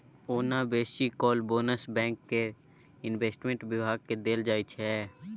ओना बेसी काल बोनस बैंक केर इंवेस्टमेंट बिभाग केँ देल जाइ छै